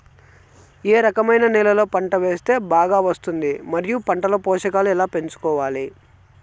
ఏ రకమైన నేలలో పంట వేస్తే బాగా వస్తుంది? మరియు పంట లో పోషకాలు ఎలా పెంచుకోవాలి?